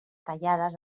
tallades